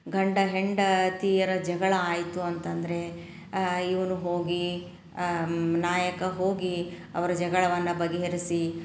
ಗಂಡ ಹೆಂಡತಿಯರ ಜಗಳ ಆಯಿತು ಅಂತಂದರೆ ಇವನು ಹೋಗಿ ನಾಯಕ ಹೋಗಿ ಅವರ ಜಗಳವನ್ನು ಬಗೆಹರಿಸಿ